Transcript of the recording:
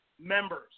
members